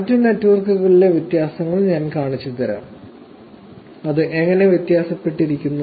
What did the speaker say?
മറ്റ് നെറ്റ്വർക്കുകളിലെ വ്യത്യാസങ്ങൾ ഞാൻ കാണിച്ചുതരാം അത് എങ്ങനെ വ്യത്യാസപ്പെട്ടിരിക്കുന്നു